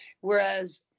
whereas